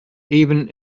even